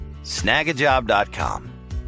snagajob.com